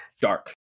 dark